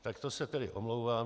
Tak to se tedy omlouvám.